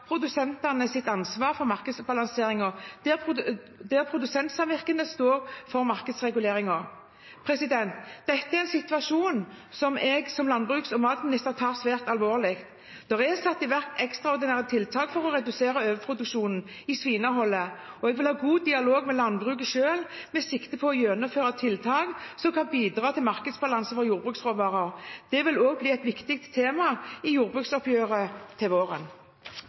ansvar for markedsbalanseringen, der produsentsamvirkene står for markedsreguleringen. Dette er en situasjon som jeg som landbruks- og matminister tar svært alvorlig. Det er satt i verk ekstraordinære tiltak for å redusere overproduksjonen i svineholdet. Jeg vil ha god dialog med landbruket selv, med sikte på å gjennomføre tiltak som kan bidra til markedsbalanse for jordbruksråvarer. Det vil også bli et viktig tema i jordbruksoppgjøret til våren.